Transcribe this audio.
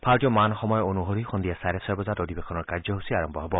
ভাৰতীয় মান সময় অনুসৰি সন্ধিয়া ছাৰে ছয় বজাত অধিৱেশনৰ কাৰ্যসচী আৰম্ভ হ'ব